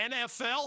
NFL